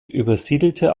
übersiedelte